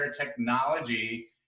technology